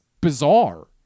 bizarre